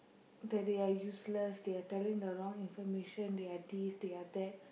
that they are useless they are telling the wrong information they are this they are that